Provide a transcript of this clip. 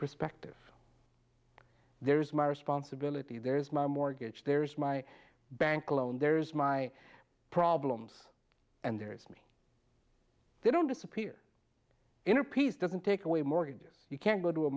perspective there is my responsibility there is my mortgage there is my bank loan there is my problems and there is me they don't disappear inner peace doesn't take away mortgages you can't go to a